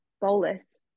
bolus